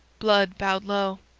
blood bowed low.